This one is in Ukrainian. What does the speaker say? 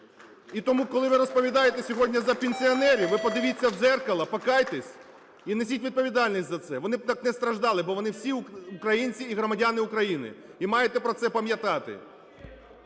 І тому, коли ви розповідаєте сьогодні за пенсіонерів, ви подивіться в дзеркало, покайтесь і несіть відповідальність за це. Вони б так не страждали, бо вони всі українці і громадяни України, і маєте про це пам'ятати.